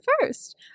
first